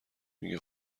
میگی